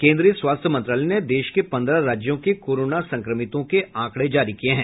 केन्द्रीय स्वास्थ्य मंत्रालय ने देश के पन्द्रह राज्यों के कोरोना संक्रमितों के आंकड़े जारी किये है